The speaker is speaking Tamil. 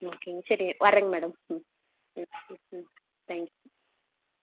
ஓகேங்க சரிங்க வர்றேங்க மேடம் ம் ம் ம் தேங்ஸ்